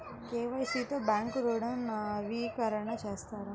KYC తో bank ఋణం నవీకరణ చేస్తారా?